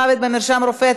מוות במרשם רופא),